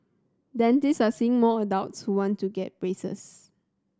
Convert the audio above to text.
dentist are seeing more adults who want to get braces